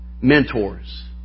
mentors